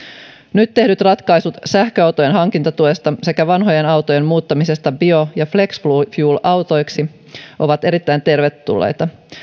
nyt tehdyt ratkaisut sähköautojen hankintatuesta sekä vanhojen autojen muuttamisesta bio ja flexifuel autoiksi ovat erittäin tervetulleita